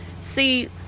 See